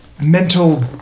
mental